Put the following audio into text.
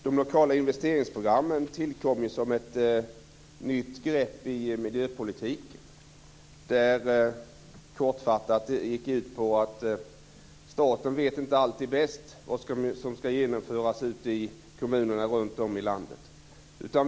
Herr talman! De lokala investeringsprogrammen tillkom ju som ett nytt grepp i miljöpolitiken och gick kortfattat ut på att staten inte alltid vet bäst vad som ska genomföras ute i kommunerna runt om i landet.